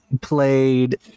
played